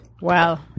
Wow